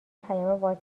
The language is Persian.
پیام